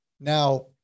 now